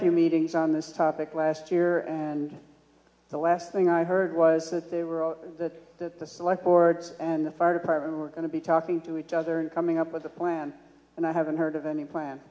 few meetings on this topic last year and the last thing i heard was that they were that the select boards and the fire department were going to be talking to each other and coming up with a plan and i haven't heard of any plan